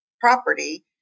property